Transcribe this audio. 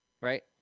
Right